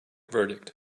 verdict